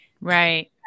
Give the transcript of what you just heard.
Right